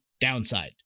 downside